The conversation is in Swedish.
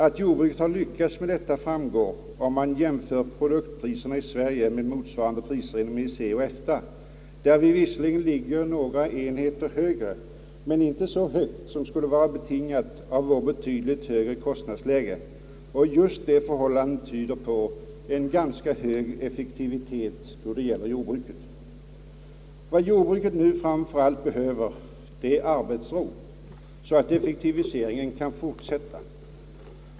Att jordbruket har lyckats med detta framgår om man jämför produktpriserna i Sverige med motsvarande priser inom EEC och EFTA, där vi visserligen ligger några enheter högre men inte så högt som skulle vara betingat av vårt betydligt högre kostnadsläge. Just det förhållandet tyder på en hög effektivitet hos det svenska jordbruket. Vad jordbruket nu framför allt behöver är arbetsro, så att effektiviseringen kan fortsätta.